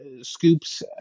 scoops